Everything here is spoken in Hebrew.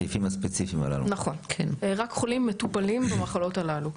נכון, רק חולים מטופלים במחלות הללו,